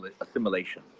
assimilation